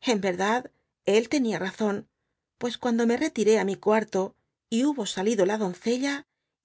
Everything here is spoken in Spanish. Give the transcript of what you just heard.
en verdad el tenia razón pues cuando me retiré á mi cuarto y hubo salido la doncella